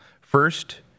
First